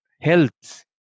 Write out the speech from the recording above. health